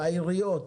בעיריות,